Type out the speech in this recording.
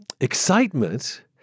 excitement